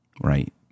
right